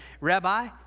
Rabbi